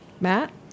Matt